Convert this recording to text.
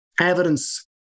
evidence